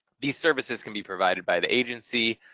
these services can be provided by the agency,